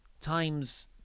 times